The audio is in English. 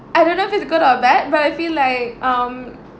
I don't know if it's good or bad but I feel like um